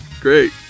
Great